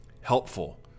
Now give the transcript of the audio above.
helpful